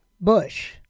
Bush